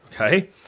okay